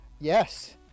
yes